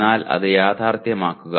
എന്നാൽ അത് യാഥാർത്ഥ്യമാക്കുക